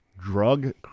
drug